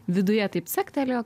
viduje taip caktelėjo